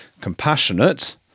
compassionate